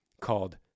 called